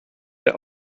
der